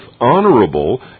honorable